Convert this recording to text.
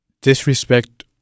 disrespect